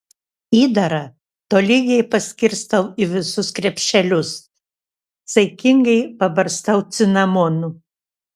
įdarą tolygiai paskirstau į visus krepšelius saikingai pabarstau cinamonu